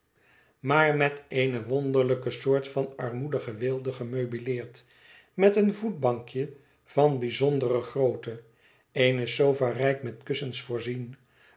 maar met eene wonderlijke soort van armoedige weelde gemeubileerd met een voetbankje van bijzondere grootte eene sofa rijk met kussens voorzien